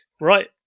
Right